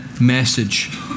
message